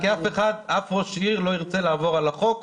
כי אף ראש עיר לא ירצה לעבור על החוק.